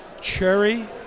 cherry